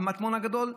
המטמון הגדול,